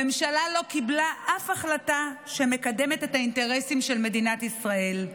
הממשלה לא קיבלה אף החלטה שמקדמת את האינטרסים של מדינת ישראל.